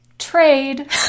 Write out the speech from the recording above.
trade